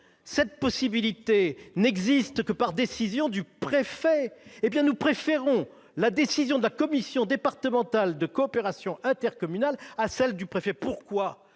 Cette possibilité n'existe que par décision du préfet ! Or nous préférons la décision de la commission départementale de la coopération intercommunale à celle du préfet ! Pourquoi ?